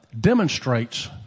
demonstrates